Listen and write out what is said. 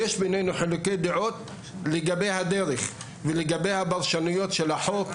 יש בינינו חילוקי דעות לגבי הדרך ולגבי הפרשנויות של החוק,